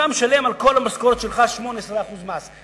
אתה משלם על כל המשכורת שלך 18% מס.